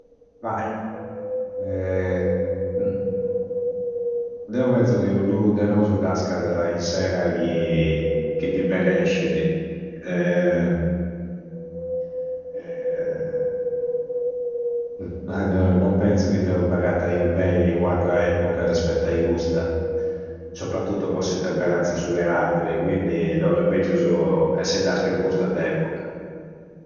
Deu penzu chi ognunu de nosu nascada in s'era chi, chi di benescidi. Non penzu chi deu m'agattaiu bei i u attra epoca rispettu ai custa, soprattutto po s'intempreranza e su caratteri. Quindi no, è meggiusu essi naschiu in custa de epoca.